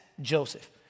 Joseph